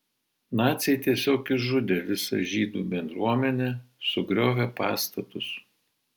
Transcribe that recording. naciai tiesiog išžudė visą žydų bendruomenę sugriovė pastatus